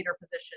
position